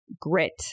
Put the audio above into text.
grit